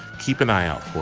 keep an eye out for.